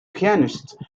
pianist